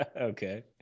Okay